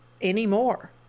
anymore